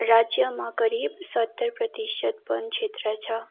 राज्यमा करिब सत्तर प्रतिशत वन क्षेत्र छ